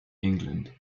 england